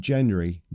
January